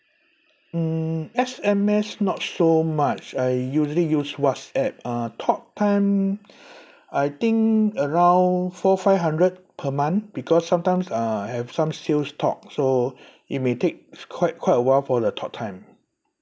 mm S_M_S not so much I usually use whatsapp uh talk time I think around four five hundred per month because sometimes uh have some sales talk so it may take quite quite a while for the talktime